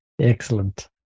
excellent